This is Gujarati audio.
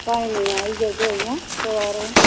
કાંઈ નહીં આવી જજો અહીં સવારે